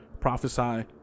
prophesy